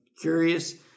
curious